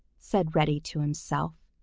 said reddy to himself.